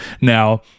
Now